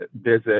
visit